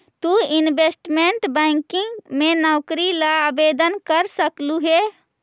तु investment banking में नौकरी ला आवेदन कर सकलू हे